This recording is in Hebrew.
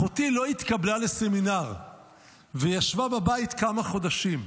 אחותי לא התקבלה לסמינר וישבה בבית כמה חודשים.